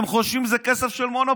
הם חושבים שזה כסף של מונופול.